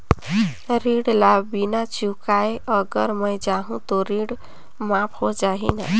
ऋण ला बिना चुकाय अगर मै जाहूं तो ऋण माफ हो जाही न?